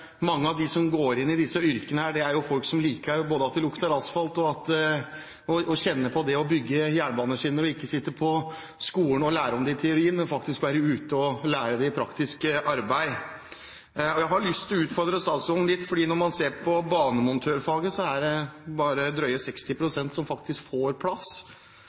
mange av dem som går inn i disse yrkene, er folk som både liker at det lukter asfalt, og å kjenne på det å bygge jernbaneskinner – ikke sitte på skolen og lære om det i teorien, men være ute og lære i praktisk arbeid. Jeg har lyst til å utfordre statsråden litt, for når man ser på banemontørfaget, er det bare drøye 60 pst. som får plass,